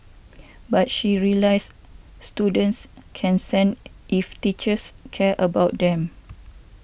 but she realised students can sense if teachers care about them